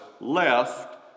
left